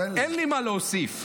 אין לי מה להוסיף.